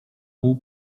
pół